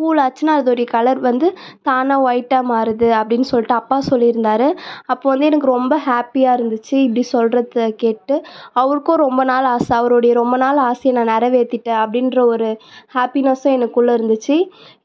கூல்லாச்சுன்னா அதோடைய கலர் வந்து தானே ஒயிட்டாக மாறுது அப்படின்னு சொல்லிட்டு அப்பா சொல்லிருந்தார் அப்போ வந்து எனக்கு ரொம்ப ஹாப்பியாக இருந்திச்சு இப்படி சொல்றதை கேட்டு அவருக்கும் ரொம்ப நாள் அவருடைய ரொம்ப நாள் ஆசையை நான் நிறவேத்திட்டேன் அப்படின்ற ஒரு ஹாப்பினெஸ்ஸும் எனக்குள்ளே இருந்திச்சு